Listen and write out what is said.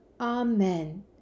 Amen